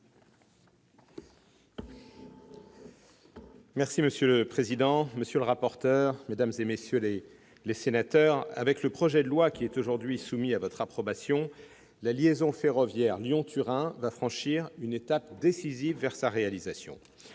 Monsieur le président, monsieur le rapporteur, mesdames, messieurs les sénateurs, avec le projet de loi qui est soumis à votre approbation la liaison ferroviaire Lyon-Turin va franchir une étape décisive vers sa réalisation.